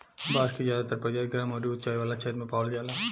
बांस के ज्यादातर प्रजाति गरम अउरी उचाई वाला क्षेत्र में पावल जाला